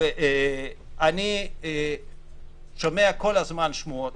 אני שומע כל הזמן שמועות